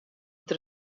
dêr